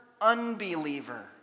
unbeliever